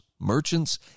merchants